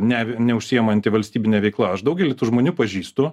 ne neužsiima antivalstybine veikla aš daugelį tų žmonių pažįstu